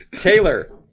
Taylor